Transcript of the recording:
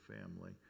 family